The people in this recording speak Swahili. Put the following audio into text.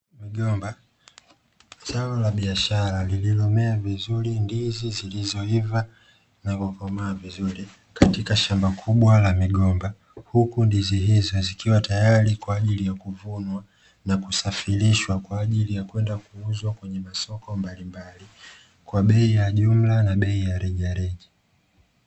Migomba, zao la biashara lililomea vizuri ndizi zilizoiva na kukomaa vizuri katika shamba kubwa la migomba, huku ndizi hizo zikiwa tayari kwa ajili ya kuvunwa na kusafirishwa kwa ajili ya kwenda kuuzwa kwenye masoko mbalimbali kwa bei ya jumla na bei ya rejareja.